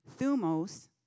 thumos